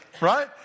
right